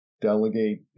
delegate